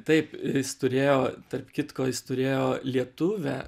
taip jis turėjo tarp kitko jis turėjo lietuvę